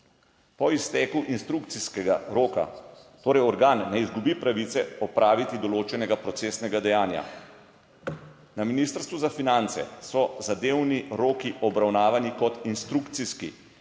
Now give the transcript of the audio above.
Po izteku inštrukcijskega roka torej organ ne izgubi pravice opraviti določenega procesnega dejanja. Na Ministrstvu za finance so zadevni roki, obravnavani kot inštrukcijski,